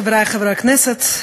חברי חברי הכנסת,